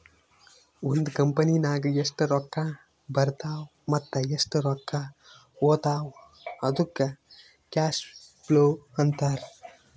ಒಂದ್ ಕಂಪನಿನಾಗ್ ಎಷ್ಟ್ ರೊಕ್ಕಾ ಬರ್ತಾವ್ ಮತ್ತ ಎಷ್ಟ್ ರೊಕ್ಕಾ ಹೊತ್ತಾವ್ ಅದ್ದುಕ್ ಕ್ಯಾಶ್ ಫ್ಲೋ ಅಂತಾರ್